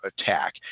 attack